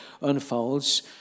unfolds